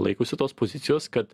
laikosi tos pozicijos kad